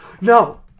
No